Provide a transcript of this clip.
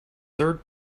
third